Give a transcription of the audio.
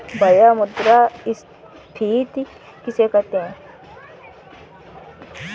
भैया मुद्रा स्फ़ीति किसे कहते हैं?